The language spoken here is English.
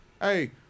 Hey